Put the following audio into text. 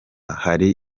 hari